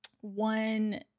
one